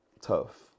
tough